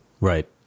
Right